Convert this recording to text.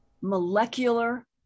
Molecular